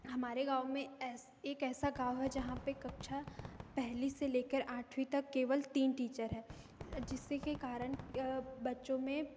हमारे गाँव में ऐस एक ऐसा गाँव है जहाँ पर कक्षा पहली से लेकर आठवीं तक केवल तीन टीचर हैं जिससे की कारण बच्चों में